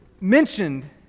mentioned